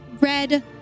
red